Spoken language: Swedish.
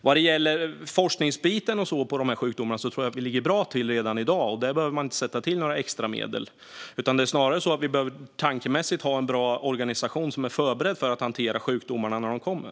Vad gäller forskningen på de här sjukdomarna tror jag att vi ligger bra till redan i dag, så det behöver vi inte sätta av några extra medel för. Vi behöver snarare ha en tankemässigt bra organisation som är förberedd på att hantera sjukdomarna när de kommer.